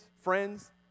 friends